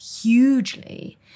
hugely